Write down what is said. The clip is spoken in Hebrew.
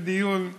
זה דיון מעניין,